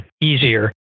easier